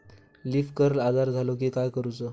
Leaf curl आजार झालो की काय करूच?